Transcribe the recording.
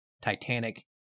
titanic